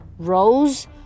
rose